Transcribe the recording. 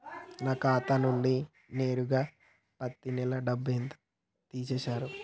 నా ఖాతా నుండి నేరుగా పత్తి నెల డబ్బు ఎంత తీసేశిర్రు?